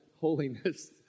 holiness